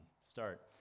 start